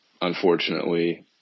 unfortunately